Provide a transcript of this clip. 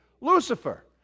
Lucifer